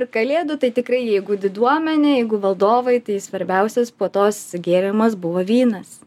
ir kalėdų tai tikrai jeigu diduomenė jeigu valdovai tai svarbiausias puotos gėrimas buvo vynas